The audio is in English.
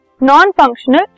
non-functional